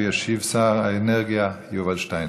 וישיב שר האנרגיה יובל שטייניץ.